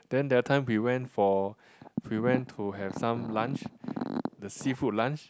then that time we went for we went to have some lunch the seafood lunch